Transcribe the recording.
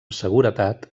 seguretat